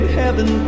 heaven